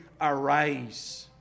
arise